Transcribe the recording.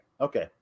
Okay